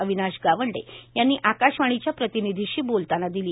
अविनाश गावंडे यांनी आकाशवाणीच्या प्रतिनिधीशी बोलताना दिली